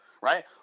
Right